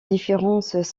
différences